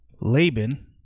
Laban